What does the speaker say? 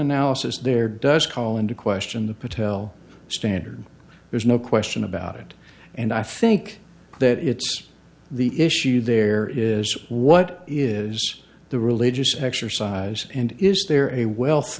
analysis there does call into question the patel standard there's no question about it and i think that it's the issue there is what is the religious exercise and is there a wealth